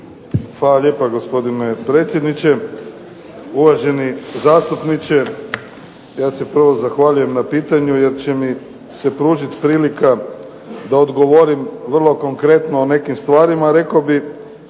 Hvala lijepo gospodine predsjedniče. Uvaženi zastupniče, ja se prvo zahvaljujem na pitanju, jer će mi se pružiti prilika da odgovorim vrlo konkretno o nekim stvarima,